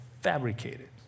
fabricated